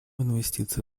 инвестиции